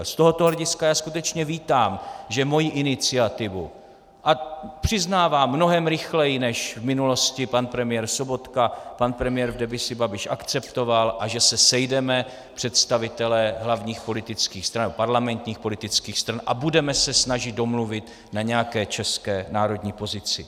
Z tohoto hlediska já skutečně vítám, že moji iniciativu a přiznávám, mnohem rychleji než v minulosti pan premiér Sobotka pan premiér v demisi Babiš akceptoval a že se sejdeme, představitelé hlavních politických stran, parlamentních politických stran, a budeme se snažit domluvit na nějaké české národní pozici.